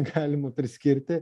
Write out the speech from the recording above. galima priskirti